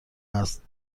است